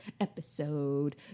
episode